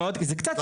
זה קצת קשור.